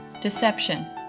deception